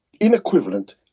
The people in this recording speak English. inequivalent